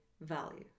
value